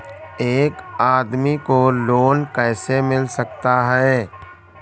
एक आदमी को लोन कैसे मिल सकता है?